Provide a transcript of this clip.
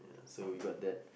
so we got that